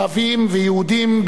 במדינת ישראל.